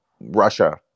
Russia